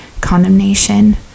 condemnation